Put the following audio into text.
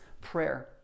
prayer